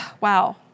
wow